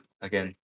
again